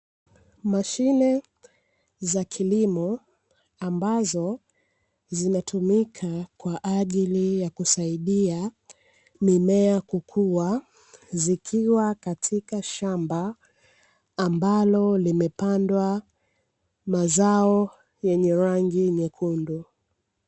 Mashine za kilimo ambazo zinatumika kwa ajili ya kusaidia mimea kukua, zikiwa katika shamba ambalo limepandwa mazao yenye rangi nyekundu.